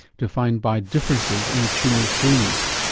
defined by differences in the tumours' genes.